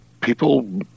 people